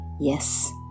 Yes